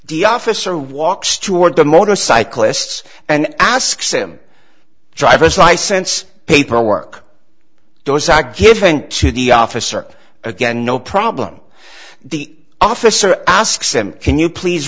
the officer walks toward the motorcyclists and asks him driver's license paperwork those are giving off a circle again no problem the officer asks him can you please